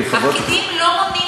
חברת הכנסת,